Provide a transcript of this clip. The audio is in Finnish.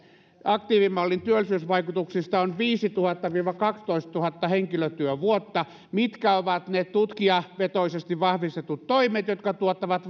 aktiivimallin työllisyysvaikutuksista on viisituhatta viiva kaksitoistatuhatta henkilötyövuotta mitkä ovat ne tutkijavetoisesti vahvistetut toimet jotka tuottavat